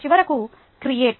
చివరకు క్రియేట్